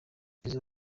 tizzo